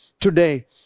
today